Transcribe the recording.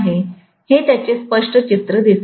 हे त्याचे स्पष्ट चित्र दिसेल